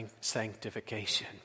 sanctification